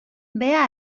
bea